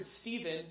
Stephen